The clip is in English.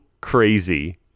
crazy